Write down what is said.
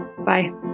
Bye